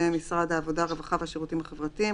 משרד העבודה הרווחה והשירותים החברתיים,